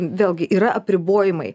vėlgi yra apribojimai